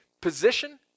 Position